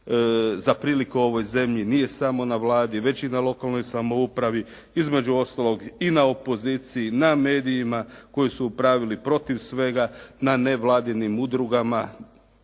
za prilike u ovoj zemlji nije samo na Vladi već i na lokalnoj samoupravi, između ostalog i na opoziciji, na medijima koji su u pravilu protiv svega, na nevladinim udrugama